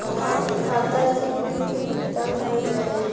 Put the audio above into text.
खाता से बिल के भुगतान हो जाई?